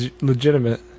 legitimate